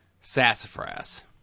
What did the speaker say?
Sassafras